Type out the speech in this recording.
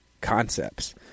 concepts